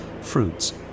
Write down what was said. fruits